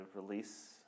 release